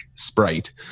Sprite